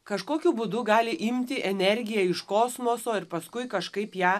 kažkokiu būdu gali imti energiją iš kosmoso ir paskui kažkaip ją